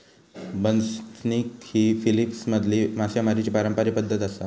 बसनिग ही फिलीपिन्समधली मासेमारीची पारंपारिक पद्धत आसा